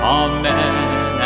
amen